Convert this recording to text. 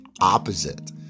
opposite